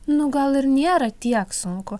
nu gal ir nėra tiek sunku